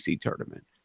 tournament